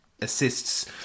assists